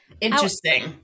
Interesting